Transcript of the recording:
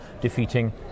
defeating